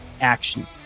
action